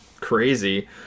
crazy